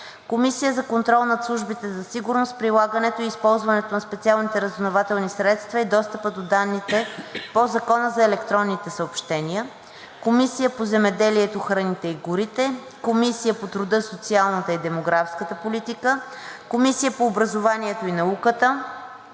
Комисия за контрол над службите за сигурност, прилагането и използването на специалните разузнавателни средства и достъпа до данните по Закона за електронните съобщения; 12. Комисия по земеделието, храните и горите; 13. Комисия по труда, социалната и демографската политика; 14. Комисия по образованието и науката;